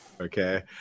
Okay